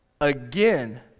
Again